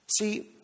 See